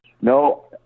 No